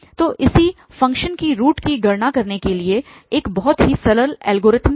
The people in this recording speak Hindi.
तो किसी फ़ंक्शन की रूट की गणना करने के लिए यह एक बहुत ही सरल एल्गोरिथ्म है